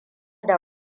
da